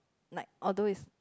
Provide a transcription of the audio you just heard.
like although is